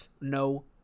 no